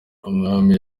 umwami